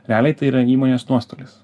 realiai tai yra įmonės nuostolis